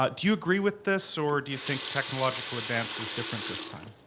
but do you agree with this, or do you think technological advance is different this time?